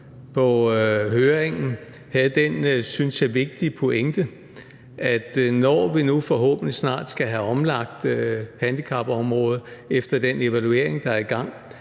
ved høringen havde den, synes jeg, vigtige pointe, at når vi nu forhåbentlig snart skal have omlagt handicapområdet efter den evaluering, der er i gang,